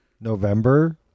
November